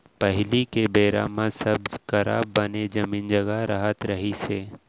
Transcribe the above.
पहिली के बेरा म सब करा बने जमीन जघा रहत रहिस हे